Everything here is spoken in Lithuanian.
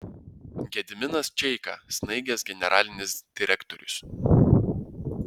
gediminas čeika snaigės generalinis direktorius